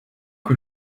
que